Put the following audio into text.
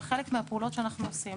אבל בחלק מהפעולות שאנחנו עושים,